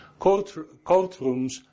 courtrooms